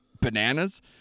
bananas